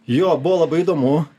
jo buvo labai įdomu